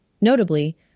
Notably